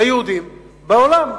ליהודים בעולם.